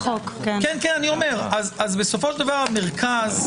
בסופו של דבר המרכז,